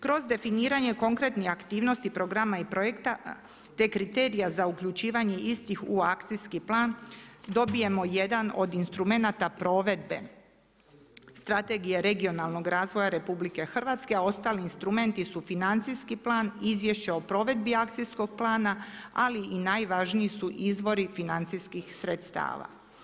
Kroz definiranje konkretnih aktivnosti, programa i projekta, te kriterija za uključivanje istih u akcijski plan, dobijemo jedan od instrumenata provedbe strategije regionalnog razvoja RH, a ostali instrumenti su financijski plan, izvješće o provedbi akcijskog plana, ali i najvažniji su izvori financijskih sredstava.